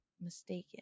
mistaken